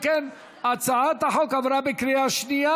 אם כן, הצעת החוק עברה בקריאה שנייה.